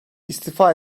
istifa